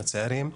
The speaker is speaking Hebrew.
לצעירים,